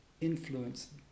influence